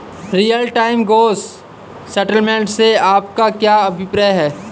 Real time gross settlement से आपका क्या अभिप्राय है?